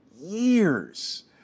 years